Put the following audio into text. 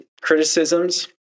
criticisms